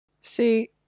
See